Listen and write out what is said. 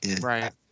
Right